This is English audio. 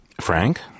Frank